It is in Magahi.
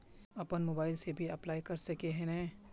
अपन मोबाईल से भी अप्लाई कर सके है नय?